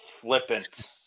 Flippant